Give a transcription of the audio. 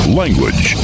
language